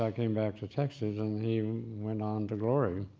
um came back to texas and he went on to glory.